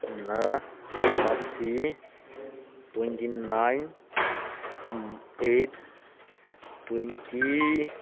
ꯅ ꯃꯁꯤ twenty nine eight twenty